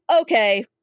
okay